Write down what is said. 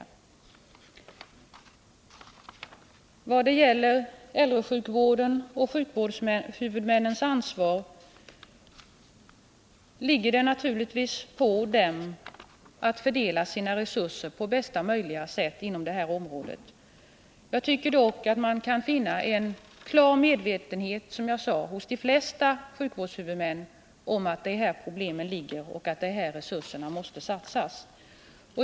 I vad gäller äldresjukvården och sjukvårdshuvudmännens ansvar åligger det naturligtvis vederbörande att fördela resurserna på bästa möjliga sätt inom detta område. Jag tycker dock att man, som jag sade, hos de flesta sjukvårdshuvudmän kan finna en klar medvetenhet om att det är här problemen finns och att det är här resurserna måste satsas.